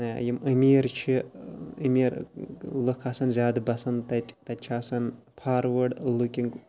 یِم امیٖر چھِ امیٖر لُکھ آسان زیادٕ بَسان تَتہِ تَتہِ چھِ آسان پھاروٲڈ لُکِنٛگ